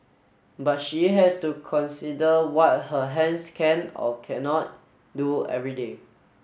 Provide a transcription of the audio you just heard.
but she has to consider what her hands can or cannot do every day